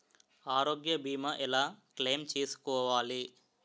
ఆరోగ్య భీమా ఎలా క్లైమ్ చేసుకోవాలి?